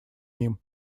ним